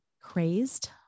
crazed